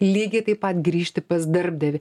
lygiai taip pat grįžti pas darbdavį